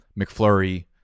McFlurry